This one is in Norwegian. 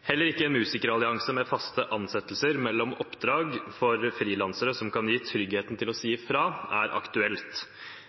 Heller ikke en musikerallianse med faste ansettelser mellom oppdrag for frilansere, noe som kan gi tryggheten til å si ifra, er aktuelt.